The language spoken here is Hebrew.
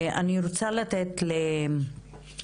אני רוצה לתת להודא,